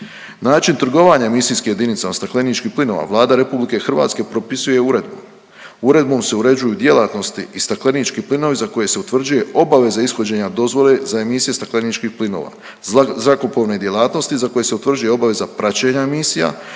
Način trgovanja emisijskih jedinica o stakleničkih plinova Vlada RH propisuje uredbu. Uredbom se uređuju djelatnosti i staklenički plinovi za koje se utvrđuje obaveza ishođenja dozvole za emisije stakleničkih plinova, zakupovne djelatnosti za koje se utvrđuje obaveza praćenja emisija,